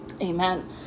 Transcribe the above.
Amen